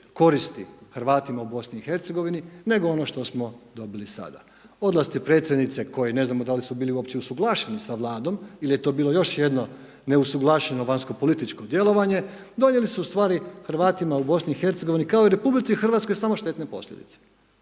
koristi Hrvatima u BiH nego ono što smo dobili sada. Odlasci predsjednice koji ne znamo da li su bili uopće usuglašeni s Vladom ili je to bilo još jedno neusuglašeno vanjskopolitičko djelovanje donijeli su u stvari Hrvatima u BiH kao i RH samo štetne posljedice